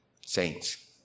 saints